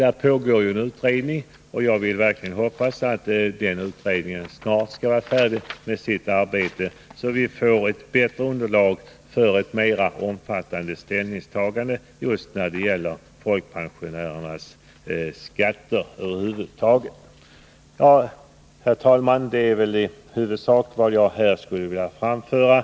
En utredning pågår, och jag hoppas verkligen att denna snart skall bli färdig med sitt arbete, så att vi får bättre underlag för ett mer omfattande ställningstagande till folkpensionärernas skatter över huvud taget. Herr talman! Detta är i huvudsak vad jag här skulle vilja framföra.